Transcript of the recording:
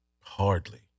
hardly